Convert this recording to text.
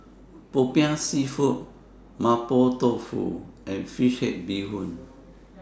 Popiah Seafood Mapo Tofu and Fish Head Bee Hoon